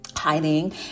hiding